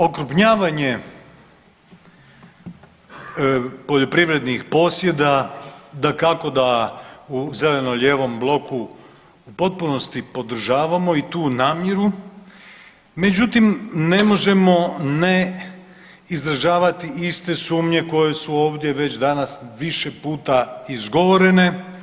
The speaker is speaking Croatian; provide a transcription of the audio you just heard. Okrupnjavanje poljoprivrednih posjeda dakako da u zeleno-lijevom bloku u potpunosti podržavamo i tu namjeru, međutim ne možemo ne izražavati iste sumnje koje su ovdje već danas više puta izgovorene.